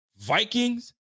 Vikings